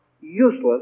useless